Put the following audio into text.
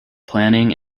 planning